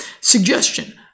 Suggestion